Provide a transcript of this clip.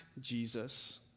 Jesus